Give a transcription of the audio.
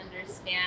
understand